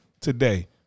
Today